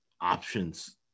options